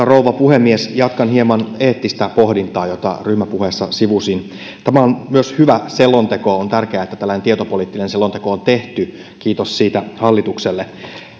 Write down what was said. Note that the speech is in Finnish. rouva puhemies jatkan hieman eettistä pohdintaa jota ryhmäpuheessa sivusin tämä on myös hyvä selonteko on tärkeää että tällainen tietopoliittinen selonteko on tehty kiitos siitä hallitukselle